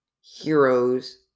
heroes